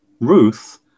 Ruth